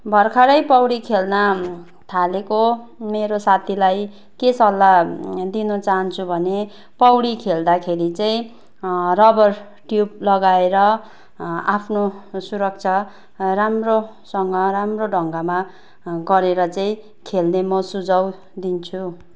भर्खरै पौडी खेल्न थालेको मेरो साथीलाई के सल्लाह दिनु चाहन्छु भने पौडी खेल्दाखेरि चाहिँ रबर ट्युब लगाएर आफ्नो सुरक्षा राम्रोसँग राम्रो ढङ्गमा गरेर चाहिँ खेल्ने म सुझाव दिन्छु